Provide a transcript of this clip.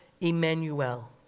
Emmanuel